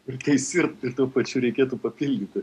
ir teisi ir tuo pačiu reikėtų papildyti